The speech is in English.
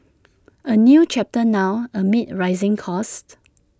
A new chapter now amid rising costs